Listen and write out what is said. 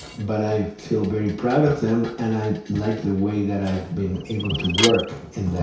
but i feel very proud of them, and i like the way that i've been able to work in